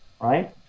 right